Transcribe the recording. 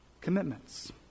commitments